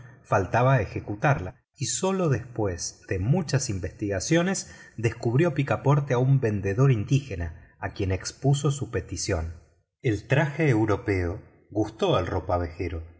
faltaba ejecutarla y sólo después de muchas investigaciones descubrió picaporte a un vendedor indígena a quien expuso su petición el traje europeo gustó al ropavejero